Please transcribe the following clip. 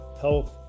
health